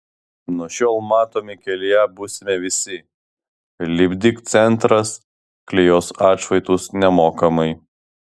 nuo šiol matomi kelyje būsime visi lipdyk centras klijuos atšvaitus nemokamai